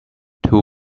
two